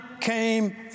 came